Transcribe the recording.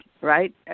right